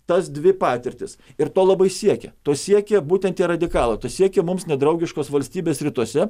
tas dvi patirtis ir to labai siekia to siekia būtent tie radikalai siekia mums nedraugiškos valstybės rytuose